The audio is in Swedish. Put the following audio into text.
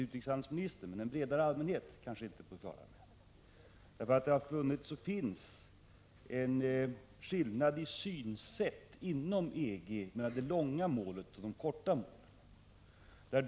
Det har nämligen funnits och finns alltjämt en skillnad i synsätt inom EG mellan de långsiktiga målen och de kortsiktiga.